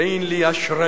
תן לי אשראי.